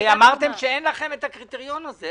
הרי אמרתם שאין לכם את הקריטריון הזה,